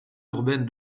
urbaine